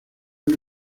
una